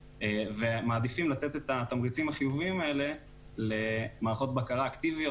ומעדיפים לתת את התמריצים החיוביים האלה למערכות בקרה אקטיביות